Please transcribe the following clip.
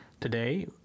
Today